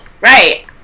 Right